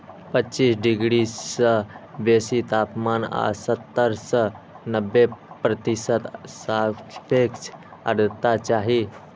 पच्चीस डिग्री सं बेसी तापमान आ सत्तर सं नब्बे प्रतिशत सापेक्ष आर्द्रता चाही